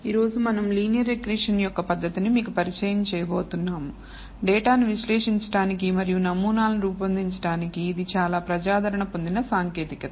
ఈ రోజు మనం లీనియర్ రిగ్రెషన్ యొక్క పద్ధతిని మీకు పరిచయం చేయబోతున్నాం డేటాను విశ్లేషించడానికి మరియు నమూనాలను రూపొందించడానికి ఇది చాలా ప్రజాదరణ పొందిన సాంకేతికత